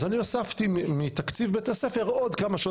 אז אני הוספתי מתקציב בית הספר עוד כמה שעות